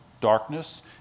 darkness